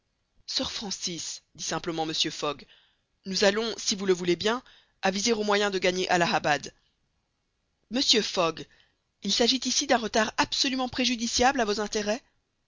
sir francis dit simplement mr fogg nous allons si vous le voulez bien aviser au moyen de gagner allahabad monsieur fogg il s'agit ici d'un retard absolument préjudiciable à vos intérêts